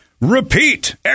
repeat